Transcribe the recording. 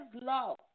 love